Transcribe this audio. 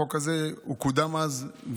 החוק הזה קודם אז,